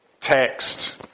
text